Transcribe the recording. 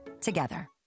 Together